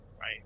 Right